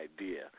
idea